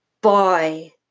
Boy